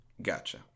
gotcha